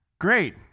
Great